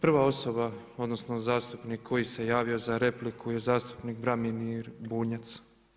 Prva osoba, odnosno zastupnik koji se javio za repliku je zastupnik Branimir Bunjac.